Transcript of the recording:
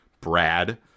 Brad